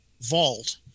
vault